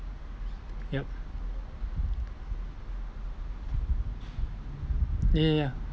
yup ya ya ya